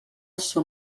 són